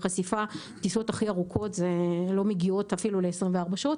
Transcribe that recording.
הטיסות הכי ארוכות לא מגיעות אפילו ל-24 שעות.